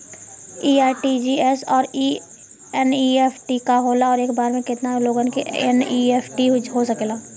इ आर.टी.जी.एस और एन.ई.एफ.टी का होला और एक बार में केतना लोगन के एन.ई.एफ.टी हो सकेला?